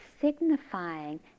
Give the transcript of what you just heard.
signifying